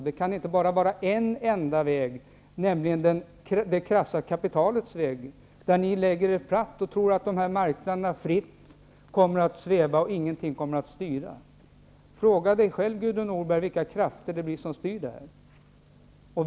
Det kan inte bara finnas en enda väg -- nämligen det krassa kapitalets väg -- där ni lägger er platt och tror att marknaderna fritt kommer att sväva och att inget kommer att styra. Fråga dig själv, Gudrun Norberg, vilka krafter som kommer att styra där.